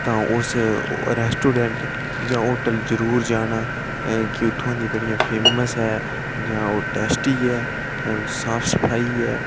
तां उस रेस्टोरेंट जां होटल च जरूर जाना कि इत्थूं दियां बड़ियां फेमस ऐ जां ओह् टेस्टी ऐ साफ सफाई ऐ